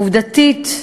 עובדתית,